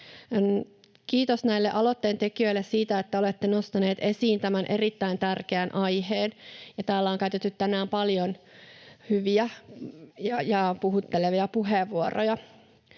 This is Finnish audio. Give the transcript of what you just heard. Kiitos aloitteen tekijöille siitä, että olette nostaneet esiin tämän erittäin tärkeän aiheen. Täällä on käytetty tänään paljon hyviä ja puhuttelevia puheenvuoroja.